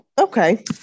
Okay